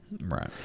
Right